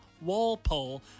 Walpole